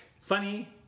funny